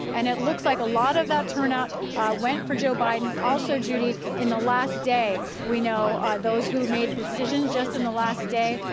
and it looks like a lot of that turnout went for joe biden. also, judy, in the last day, we know those who made the decision just in the last day,